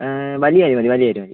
വലിയ അരി മതി വലിയ അരി മതി